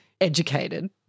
educated